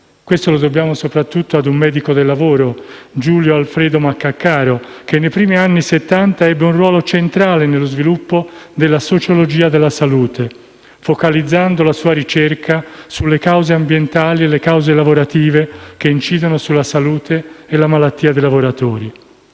Questo lo dobbiamo soprattutto a un medico del lavoro, Giulio Alfredo Maccacaro, che nei primi anni Settanta ebbe un ruolo centrale nello sviluppo della sociologia della salute, focalizzando la sua ricerca sulle cause ambientali e lavorative che incidono sulla salute e la malattia dei lavoratori.